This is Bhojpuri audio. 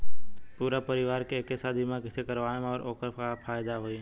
पूरा परिवार के एके साथे बीमा कईसे करवाएम और ओकर का फायदा होई?